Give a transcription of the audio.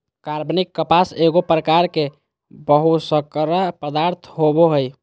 कार्बनिक कपास एगो प्रकार के बहुशर्करा पदार्थ होबो हइ